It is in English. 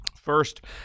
First